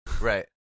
Right